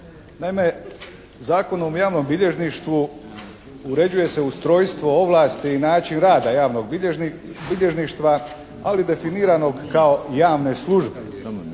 Naime, Zakonom o javnom bilježništvu uređuje se ustrojstvo ovlasti i način rada javnog bilježništva, ali definiranog kao javne službe,